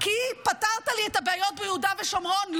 כי פתרת לי את הבעיות ביהודה ושומרון?